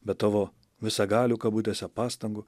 be tavo visagalių kabutėse pastangų